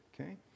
okay